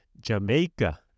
Jamaica